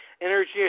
energy